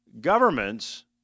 governments